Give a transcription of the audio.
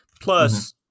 plus